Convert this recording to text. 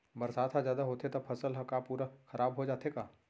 बरसात ह जादा होथे त फसल ह का पूरा खराब हो जाथे का?